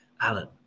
Alan